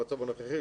במצב הנוכחי,